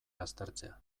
aztertzea